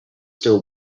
still